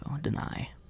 Deny